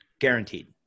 Guaranteed